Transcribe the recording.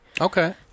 Okay